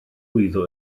lwyddo